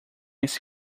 esse